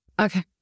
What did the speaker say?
Okay